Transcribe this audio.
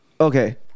Okay